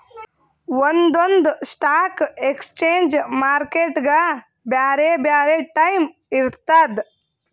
ಒಂದೊಂದ್ stock exchange ಮಾರ್ಕೆಟ್ಗ್ ಬ್ಯಾರೆ ಬ್ಯಾರೆ ಟೈಮ್ ಇರ್ತದ್